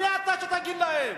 מי אתה שתגיד להם?